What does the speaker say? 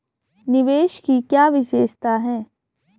निवेश की क्या विशेषता है?